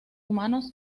humanos